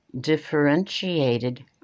Differentiated